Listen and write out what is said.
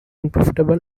unprofitable